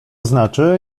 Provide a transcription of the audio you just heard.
znaczy